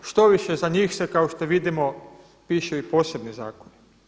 Štoviše za njih se kao što vidimo pišu i posebni zakoni.